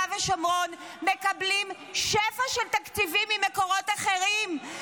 ושומרון מקבלים שפע של תקציבים ממקורות אחרים,